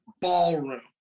ballroom